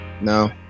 No